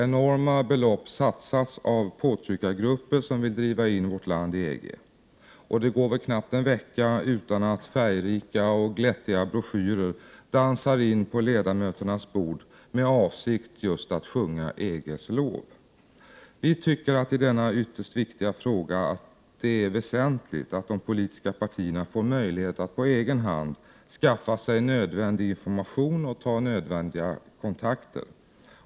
Enorma belopp satsas av påtryckargrupper som vill driva in vårt land i EG, och det går knappt en vecka utan att färgrika och glättiga broschyrer dansar in på ledamöternas bord, med avsikt just att sjunga EG:s lov. I denna ytterst viktiga fråga är det väsentligt att de politiska partierna får möjlighet att på egen hand skaffa sig information och ta nödvändiga kontakter.